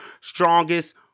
Strongest